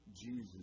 Jesus